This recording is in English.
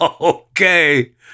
Okay